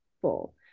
full